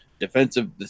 Defensive